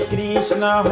Krishna